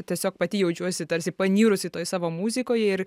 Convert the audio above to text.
tiesiog pati jaučiuosi tarsi panirusi toj savo muzikoj ir